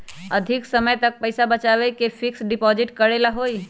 अधिक समय तक पईसा बचाव के लिए फिक्स डिपॉजिट करेला होयई?